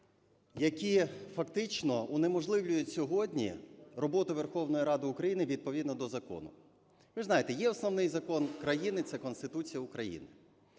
які фактично унеможливлюють сьогодні роботу Верховної Ради України відповідно до закону. Ви знаєте, є Основний Закон країни – це Конституція України.